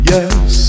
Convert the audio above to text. Yes